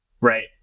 Right